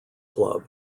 club